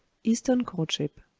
eastern courtship.